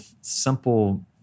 simple